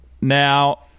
Now